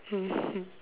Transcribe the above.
mmhmm